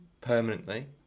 permanently